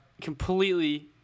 completely